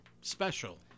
special